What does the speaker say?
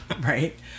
right